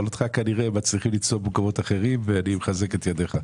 אני מחזק את ידיך.